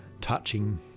touching